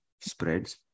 spreads